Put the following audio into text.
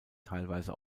teilweise